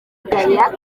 ugaya